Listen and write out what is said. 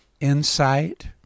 insight